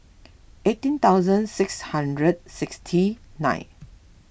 eighteen thousand six hundred sixty nine